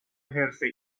حرفه